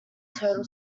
total